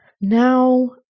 Now